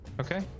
Okay